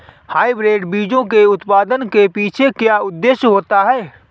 Hybrid बीजों के उत्पादन के पीछे क्या उद्देश्य होता है?